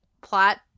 plot